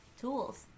tools